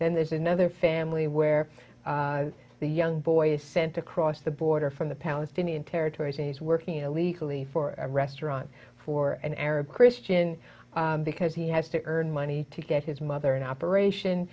then there's another family where the young boy is sent across the border from the palestinian territories and he's working illegally for a restaurant for an arab christian because he has to earn money to get his mother an operation